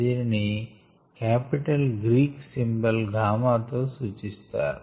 దీనిని capital Greek symbol gamma తో సూచిస్తారు